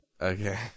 Okay